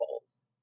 goals